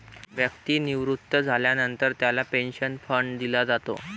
व्यक्ती निवृत्त झाल्यानंतर त्याला पेन्शन फंड दिला जातो